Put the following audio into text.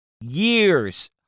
years